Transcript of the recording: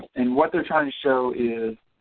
and what they're trying to show is